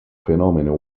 fenomeno